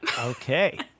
okay